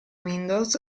windows